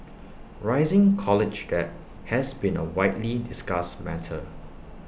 rising college debt has been A widely discussed matter